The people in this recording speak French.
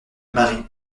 marie